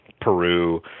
Peru